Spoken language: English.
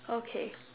okay